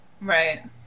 Right